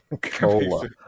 Cola